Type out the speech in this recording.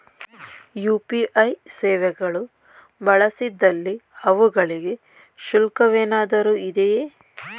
UPI ಸೇವೆಗಳು ಬಳಸಿದಲ್ಲಿ ಅವುಗಳಿಗೆ ಶುಲ್ಕವೇನಾದರೂ ಇದೆಯೇ?